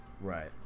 right